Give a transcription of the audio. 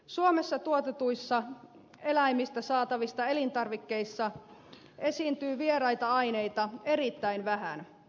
suomessa tuotetuissa eläimistä saatavissa elintarvikkeissa esiintyy vieraita aineita erittäin vähän